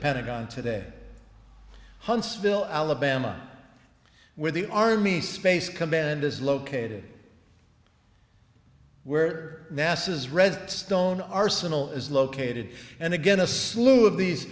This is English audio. pentagon today huntsville alabama where the army space command is located where nasa's redstone arsenal is located and again a slew of these